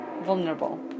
vulnerable